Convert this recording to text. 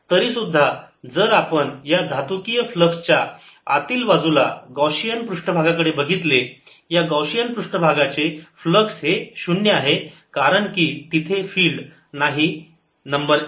तरीसुद्धा जर आपण या धातूकिय फ्लक्स च्या आतील बाजूला गौशियन पृष्ठभागाकडे बघितले या गौशियन पृष्ठभागा चे फ्लक्स हे शून्य आहे कारण की तिथे फिल्ड नाही नंबर एक